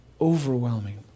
Overwhelming